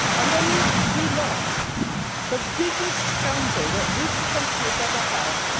and when when he lost the biggest gamble that this country has ever had,